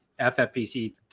FFPC